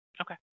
Okay